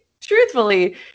truthfully